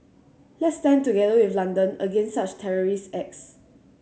let's stand together with London against such terrorist acts